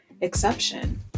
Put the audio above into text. exception